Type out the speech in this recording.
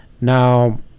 now